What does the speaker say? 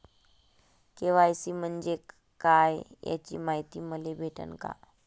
KYC म्हंजे काय याची मायती मले भेटन का?